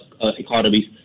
economies